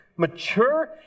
Mature